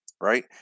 right